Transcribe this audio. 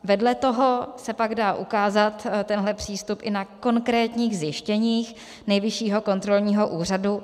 Vedle toho se pak dá ukázat tenhle přístup i na konkrétních zjištěních Nejvyššího kontrolního úřadu.